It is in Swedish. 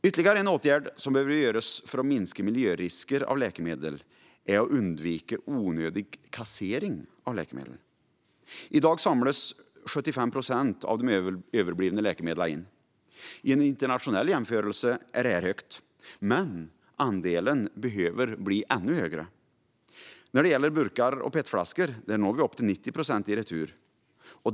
Ytterligare en åtgärd som behöver vidtas för att minska miljörisker av läkemedel är att undvika onödig kassering av läkemedel. I dag samlas 75 procent av de överblivna läkemedlen in. I en internationell jämförelse är detta högt, men andelen behöver bli ännu högre. När det gäller burkar och PET-flaskor når vi upp till 90 procent i retur.